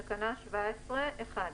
בתקנה 17- (1)